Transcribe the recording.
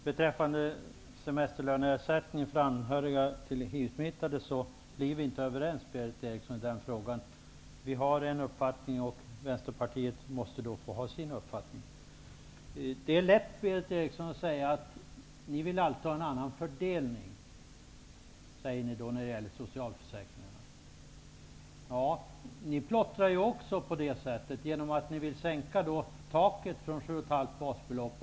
Herr talman! Vi är inte överens, Berith Eriksson, i frågan om semesterlöneersättningen för anhöriga till hiv-smittade. Vi har en uppfattning, och Vänsterpartiet måste få ha sin uppfattning. Det är lätt för er, Berith Eriksson, att säga att ni vill ha en annan fördelning i fråga om socialförsäkringarna. Men ni plottrar också. Ni vill ju sänka taket i ersättningen från 7,5 basbelopp.